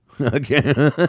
Okay